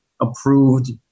approved